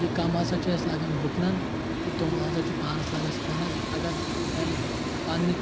یہِ کوٚم ہسا چھِ لگان اَسہِ گُپنن تہٕ تومُل ہسا چھُ پانَس لگان اَسہِ کھیٚنَس اَگر تَمہِ پَنٕنہِ